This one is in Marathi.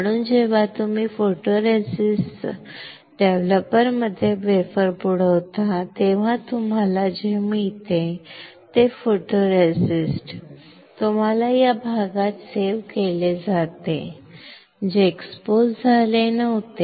म्हणून जेव्हा तुम्ही फोटोरेसिस्ट डेव्हलपरमध्ये वेफर बुडवता तेव्हा तुम्हाला जे मिळते ते फोटोरेसिस्ट तुम्हाला त्या भागात सेव्ह केले जाते जेएक्सपोज झाले नव्हते